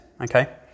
okay